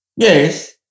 yes